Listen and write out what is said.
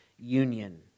union